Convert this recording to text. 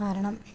കാരണം